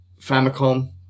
Famicom